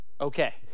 Okay